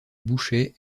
bouchet